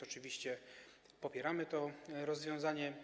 Oczywiście popieramy to rozwiązanie.